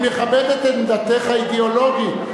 אני מכבד את עמדתך האידיאולוגית,